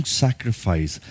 sacrifice